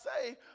say